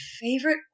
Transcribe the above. favorite